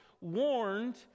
warned